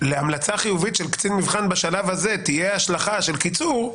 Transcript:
להמלצה חיובית של קצין מבחן בשלב הזה תהיה השלכה של קיצור,